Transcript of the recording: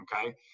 Okay